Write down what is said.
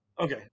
Okay